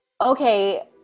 okay